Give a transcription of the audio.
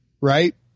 right